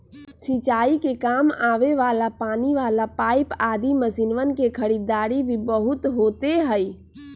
सिंचाई के काम आवे वाला पानी वाला पाईप आदि मशीनवन के खरीदारी भी बहुत होते हई